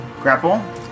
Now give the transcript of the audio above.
Grapple